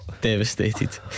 Devastated